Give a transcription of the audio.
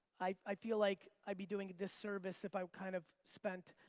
i feel like i'd be doing a disservice if i kind of spent,